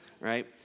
right